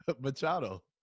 Machado